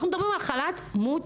אנחנו מדברים על חל"ת מוצדק.